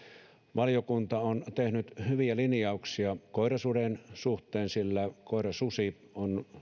valiokunta on tehnyt hyviä linjauksia koirasuden suhteen sillä koirasusi on